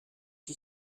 you